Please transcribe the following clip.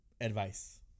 advice